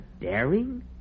daring